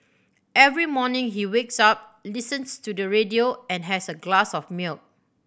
every morning he wakes up listens to the radio and has a glass of milk